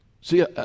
See